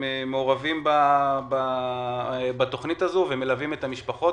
מעורבים בתוכנית הזו ומלווים את המשפחות,